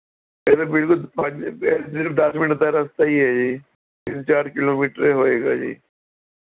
ਇਹ ਤਾਂ ਬਿਲਕੁਲ ਪੰਜ ਸਿਰਫ ਦਸ ਮਿੰਟ ਦਾ ਰਸਤਾ ਹੀ ਹੈ ਜੀ ਤਿੰਨ ਚਾਰ ਕਿਲੋਮੀਟਰ ਹੀ ਹੋਵੇਗਾ ਜੀ